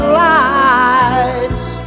lights